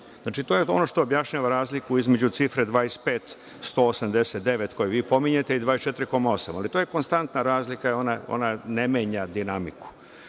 Znači, to je ono što objašnjava razliku između cifre 25, 189, koju vi pominjete, i 24,8, ali to je konstantna razlika, ona ne menja dinamiku. Što